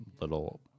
little